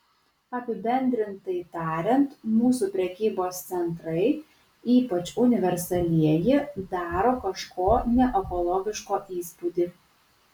apibendrintai tariant mūsų prekybos centrai ypač universalieji daro kažko neekologiško įspūdį